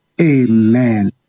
Amen